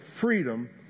freedom